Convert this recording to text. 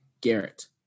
Garrett